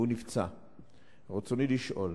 רצוני לשאול: